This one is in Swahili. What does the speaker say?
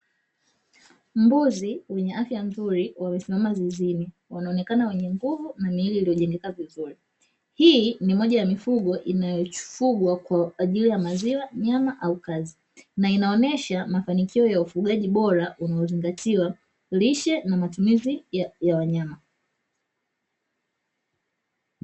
Mbuzi wenye afya nzuri wamesimama zizini wanaonekana wenye nguvu na miili iliyojengeka vizuri. Hii ni moja ya mifugo inayofugwa kwa ajili ya: maziwa, nyama au kazi; na inaonesha mafanikio ya ufugaji bora unaozingatia lishe na matumizi ya wanyama.